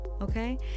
Okay